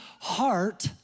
heart